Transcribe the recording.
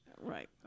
Right